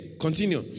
Continue